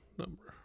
number